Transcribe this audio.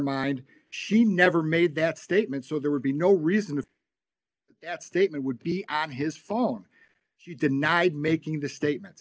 mind she never made that statement so there would be no reason to that statement would be on his phone he denied making the statement